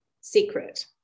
secret